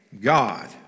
God